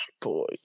boy